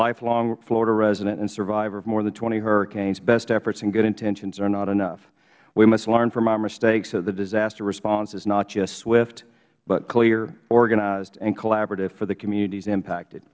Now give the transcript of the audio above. lifelong florida resident and survivor of more than twenty hurricanes best efforts and good intentions are not enough we must learn from our mistakes so that the disaster response is not just swift but clear organized and collaborative for the communities impacted